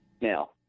Now